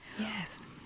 Yes